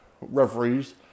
referees